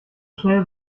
schnell